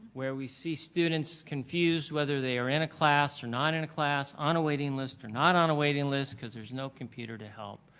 where we see students confused whether they are in a class or not in a class, on a waiting list or not on a waiting list cause there's no computer to help.